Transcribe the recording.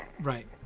Right